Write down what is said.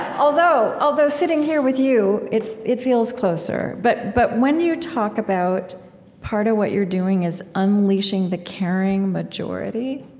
although although sitting here with you, it it feels closer. but but when you talk about part of what you're doing is unleashing the caring majority,